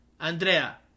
Andrea